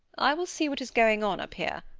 i will see what is going on up here.